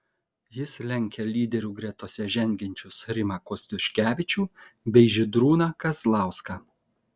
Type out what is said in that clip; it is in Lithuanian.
jis lenkia lyderių gretose žengiančius rimą kostiuškevičių bei žydrūną kazlauską